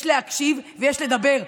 יש להקשיב ויש לדבר.